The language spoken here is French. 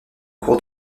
cour